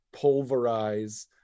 pulverize